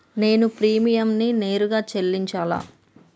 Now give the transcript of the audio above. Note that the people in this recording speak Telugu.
నేను ప్రీమియంని నేరుగా చెల్లించాలా?